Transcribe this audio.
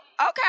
okay